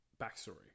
backstory